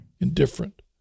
indifferent